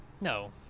No